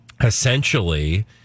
Essentially